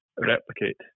replicate